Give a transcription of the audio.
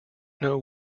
know